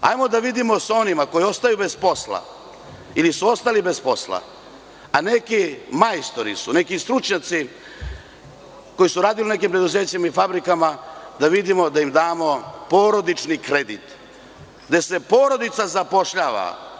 Hajde da vidimo sa onima koji ostaju bez posla ili su ostali bez posla, a neki su majstori ili stručnjaci koji su radili u nekim preduzećima i fabrikama, da vidimo da im damo porodični kredit, gde se porodica zapošljava.